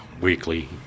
weekly